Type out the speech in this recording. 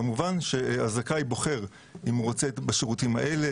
כמובן שהזכאי בוחר אם הוא רוצה בשירותים האלה,